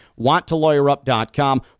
Wanttolawyerup.com